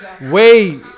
Wait